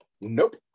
Nope